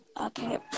okay